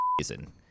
reason